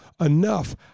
enough